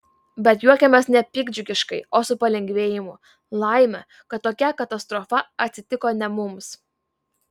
bet juokiamės ne piktdžiugiškai o su palengvėjimu laimė kad tokia katastrofa atsitiko ne mums